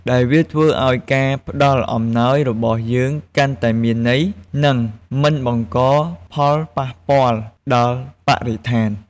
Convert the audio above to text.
ដែលវាធ្វើឱ្យការផ្តល់អំណោយរបស់យើងកាន់តែមានន័យ និងមិនបង្កផលប៉ះពាល់ដល់បរិស្ថាន។